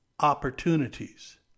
opportunities